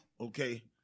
okay